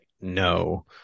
no